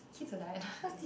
kids are